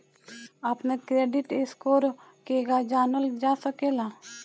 अपना credit score केगा जानल जा सकेला?